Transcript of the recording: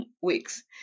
weeks